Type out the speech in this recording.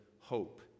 hope